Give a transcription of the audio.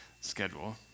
schedule